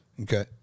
Okay